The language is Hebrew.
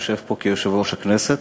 יושב פה כיושב-ראש הכנסת.